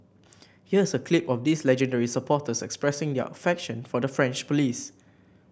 here's a clip of these legendary supporters expressing their affection for the French police